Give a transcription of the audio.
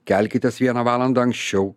kelkitės vieną valandą anksčiau